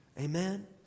Amen